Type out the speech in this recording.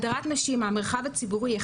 הדרת נשים מהמרחב הציבורי,